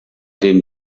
den